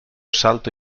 salto